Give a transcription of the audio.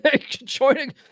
joining